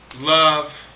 Love